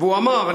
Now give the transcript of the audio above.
והוא אמר: